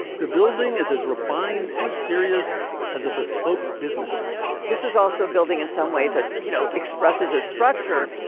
the building is as refined and serious as a bespoke business suit this is also building in some way that, you know, expresses its structure.